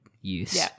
use